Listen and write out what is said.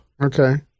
Okay